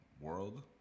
world